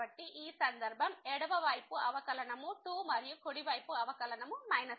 కాబట్టి ఈ సందర్భంలో ఎడమ వైపు అవకలనము 2 మరియు కుడి వైపు అవకలనము 1